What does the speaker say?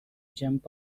jump